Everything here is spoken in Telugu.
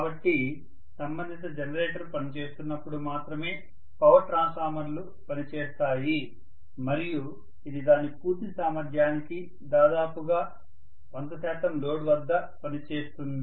కాబట్టి సంబంధిత జనరేటర్ పనిచేస్తున్నప్పుడు మాత్రమే పవర్ ట్రాన్స్ఫార్మర్లు పనిచేస్తాయి మరియు ఇది దాని పూర్తి సామర్థ్యానికి దాదాపుగా 100 శాతం లోడ్ వద్ద పనిచేస్తుంది